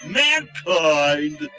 mankind